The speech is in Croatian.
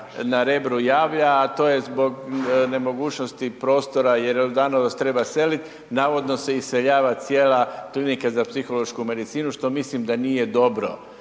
na Rebru javlja, a to je zbog nemogućnosti prostora jer Jordanovac treba selit, navodno se iseljava cijela Klinika za psihološku medicinu što mislim da nije dobro.